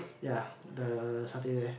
ya the satay there